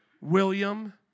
William